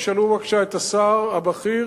תשאלו בבקשה את השר הבכיר,